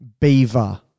beaver